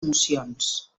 emocions